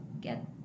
get